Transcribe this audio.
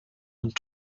und